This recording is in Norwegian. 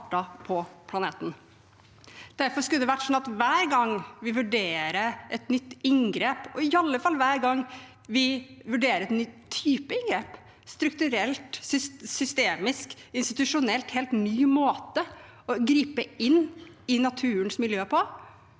Derfor skulle det ha vært sånn at vi, hver gang vi vurderer et nytt inngrep, og iallfall hver gang vi vurderer en ny type inngrep – en strukturelt, systemisk og institusjonelt, helt ny måte å gripe inn i naturens miljø på